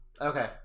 okay